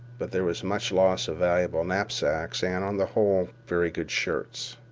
but there was much loss of valuable knapsacks, and, on the whole, very good shirts.